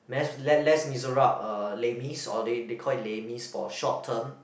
mes~ Les-Miserables uh Le-Mis or they they call it Le-Mis for short term